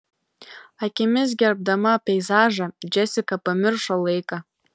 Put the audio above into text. akimis gerdama peizažą džesika pamiršo laiką